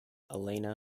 elena